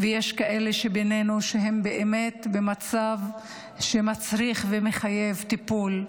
ויש כאלה בינינו שהם במצב שמצריך ומחייב טיפול.